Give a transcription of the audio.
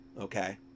okay